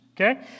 Okay